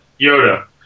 Yoda